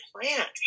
plant